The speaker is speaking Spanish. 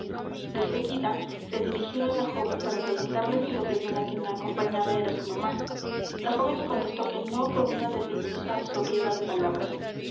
de seguida se dirigió á la joven para preguntarle si la señora que la acompañaba era su mamá la joven le contestó que no con una desdeñosa sobriedad de palabras